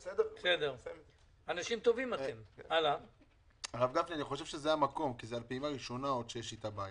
הרב גפני, אני חושב שזה המקום להעלות את זה,